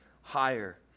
higher